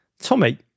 Tommy